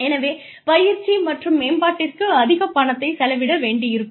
எனவே பயிற்சி மற்றும் மேம்பாட்டிற்கு அதிகப் பணத்தை செலவிட வேண்டி இருக்கும்